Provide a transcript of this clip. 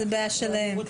זו בעיה שלהם.